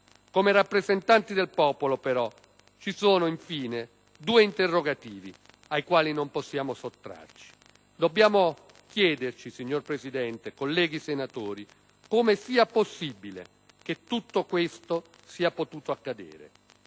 Come rappresentanti del popolo ci sono però due interrogativi ai quali non possiamo sottrarci. Dobbiamo chiederci, signor Presidente, colleghi senatori, come sia possibile che tutto ciò sia potuto accadere.